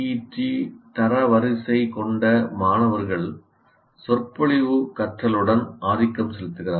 D தரவரிசை கொண்ட மாணவர்கள் சொற்பொழிவு கற்றலுடன் ஆதிக்கம் செலுத்துகிறார்கள்